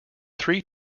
three